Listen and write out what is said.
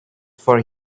for